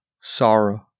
sorrow